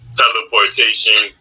teleportation